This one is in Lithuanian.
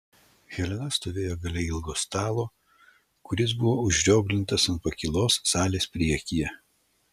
helena stovėjo gale ilgo stalo kuris buvo užrioglintas ant pakylos salės priekyje